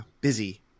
busy